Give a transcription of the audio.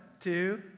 two